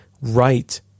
right